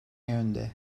yönde